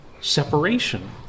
separation